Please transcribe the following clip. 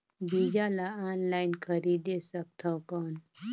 बीजा ला ऑनलाइन खरीदे सकथव कौन?